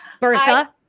Bertha